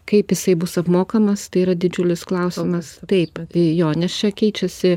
kaip jisai bus apmokamas tai yra didžiulis klausimas taip ir jo nes čia keičiasi